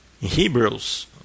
Hebrews